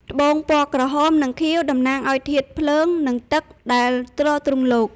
ត្បូងពណ៌ក្រហម និងខៀវ តំណាងឱ្យធាតុភ្លើង និងទឹកដែលទ្រទ្រង់លោក។